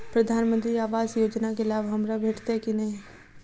प्रधानमंत्री आवास योजना केँ लाभ हमरा भेटतय की नहि?